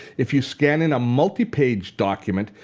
if you scan in a multi-page document,